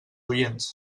oients